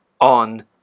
on